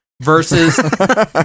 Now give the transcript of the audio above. Versus